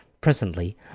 Presently